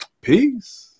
Peace